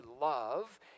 love